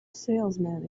salesman